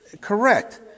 Correct